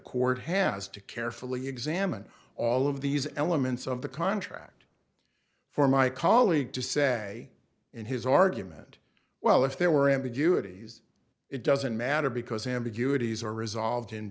court has to carefully examine all of these elements of the contract for my colleague to say in his argument well if there were ambiguities it doesn't matter because ambiguities are resolved in